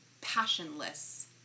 passionless